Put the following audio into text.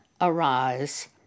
arise